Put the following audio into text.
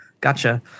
gotcha